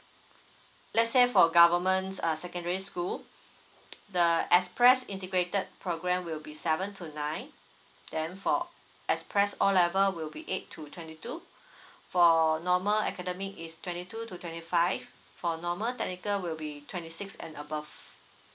let's say for governments err secondary school the express integrated program will be seven to nine then for express O level will be eight to twenty two for normal academic is twenty to twenty five for normal technical will be twenty six and above